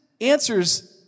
answers